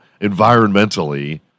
environmentally